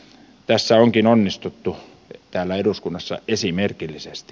tässä onkin onnistuttu täällä eduskunnassa esimerkillisesti